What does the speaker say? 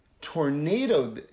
tornado